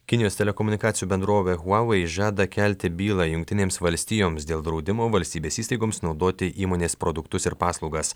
kinijos telekomunikacijų bendrovė huavei žada kelti bylą jungtinėms valstijoms dėl draudimo valstybės įstaigoms naudoti įmonės produktus ir paslaugas